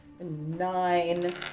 Nine